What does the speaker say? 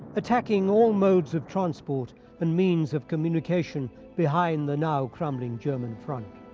attacking all modes of transport and means of communication behind the now-crumbling german front.